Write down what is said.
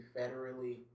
federally